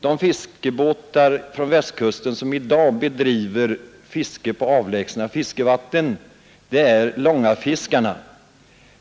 De fiskare från Västkusten som i dag bedriver fiske på avlägsna fiskevatten är långafiskarna,